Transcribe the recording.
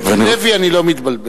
ב"לוי" אני לא מתבלבל.